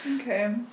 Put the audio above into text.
Okay